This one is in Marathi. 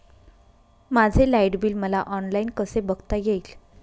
माझे लाईट बिल मला ऑनलाईन कसे बघता येईल?